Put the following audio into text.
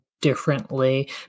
differently